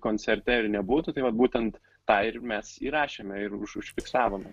koncerte ir nebūtų tai vat būtent tą ir mes įrašėme ir ir užfiksavome